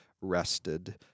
rested